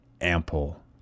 ample